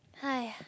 !haiya!